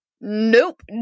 nope